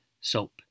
soap